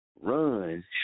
run